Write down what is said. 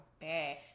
bad